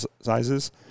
sizes